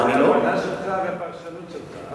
זו עמדה שלך ופרשנות שלך.